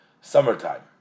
summertime